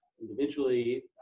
Individually